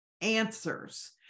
answers